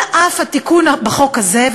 על אף התיקון בחוק הזה,